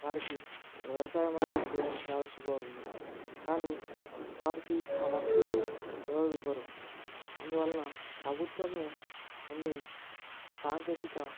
వారికి వ్యవసాయం అనేది చేయడం చాలా సులభమైంది కానీ వారికి ఆ వస్తువులు ఎవ్వరు ఇవ్వరు అందువలన ప్రభుత్వమే కొన్ని సాంకేతిక